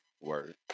Word